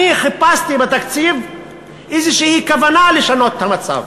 אני חיפשתי בתקציב איזושהי כוונה לשנות את המצב.